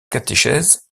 catéchèse